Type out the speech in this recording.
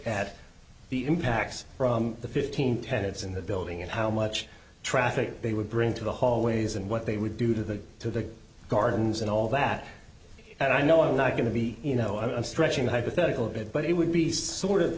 at the impacts from the fifteen tenets in the building and how much traffic they would bring to the hallway isn't what they would do to the to the gardens and all that and i know i'm not going to be you know i'm stretching the hypothetical a bit but it would be sort of